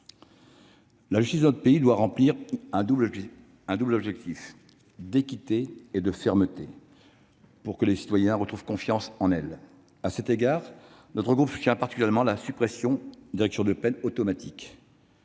La justice de notre pays doit remplir un double objectif d'équité et de fermeté, pour que les citoyens retrouvent confiance en elle. À cet égard, notre groupe soutient particulièrement la suppression des réductions de peine automatiques.